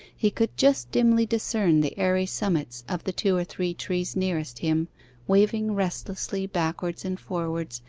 he could just dimly discern the airy summits of the two or three trees nearest him waving restlessly backwards and forwards,